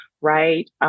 right